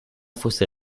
fosse